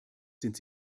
sind